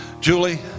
Julie